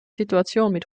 situation